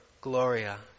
Gloria